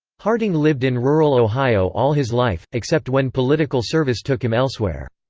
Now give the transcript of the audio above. harding lived in rural ohio all his life, except when political service took him elsewhere.